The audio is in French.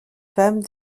femmes